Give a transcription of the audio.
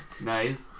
Nice